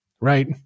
right